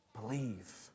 Believe